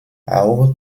auch